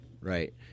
Right